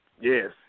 yes